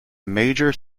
major